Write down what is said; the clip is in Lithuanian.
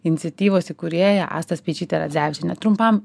iniciatyvos įkūrėja asta speičyte radzevičiene trumpam